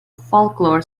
folklore